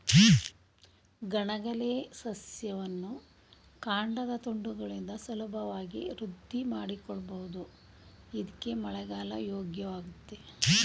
ಕಣಗಿಲೆ ಸಸ್ಯವನ್ನು ಕಾಂಡದ ತುಂಡುಗಳಿಂದ ಸುಲಭವಾಗಿ ವೃದ್ಧಿಮಾಡ್ಬೋದು ಇದ್ಕೇ ಮಳೆಗಾಲ ಯೋಗ್ಯವಾಗಯ್ತೆ